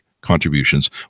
contributions